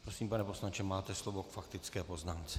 Prosím, pane poslanče, máte slovo k faktické poznámce.